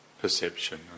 perception